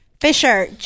Fisher